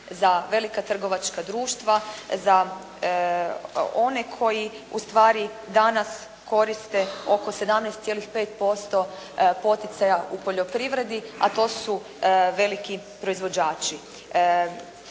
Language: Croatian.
za velika trgovačka društva, za one koji ustvari danas koriste oko 17,5% poticaja u poljoprivredi, a to su veliki proizvođači.